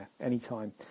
anytime